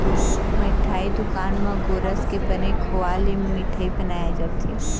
मिठई दुकान म गोरस के बने खोवा ले मिठई बनाए जाथे